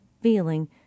feeling